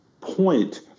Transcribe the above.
point